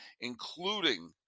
including